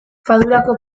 fadurako